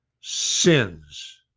sins